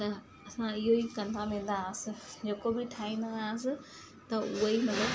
त असां इहेई कंदा वेंदा हुआसीं जेको बि ठाहींदा हुआसीं त उहेई मतिलब